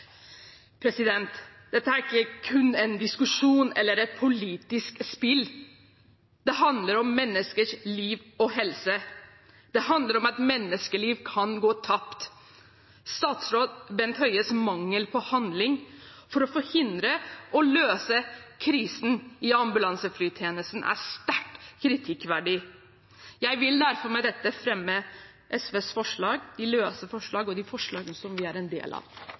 Dette er ikke kun en diskusjon eller et politisk spill. Det handler om menneskers liv og helse, det handler om at menneskeliv kan gå tapt. Statsråd Bent Høies mangel på handling for å forhindre og løse krisen i ambulanseflytjenesten er sterkt kritikkverdig. Jeg vil derfor med dette fremme de forslagene SV står alene om, og løst forslag nr. 15, som vi er en del av.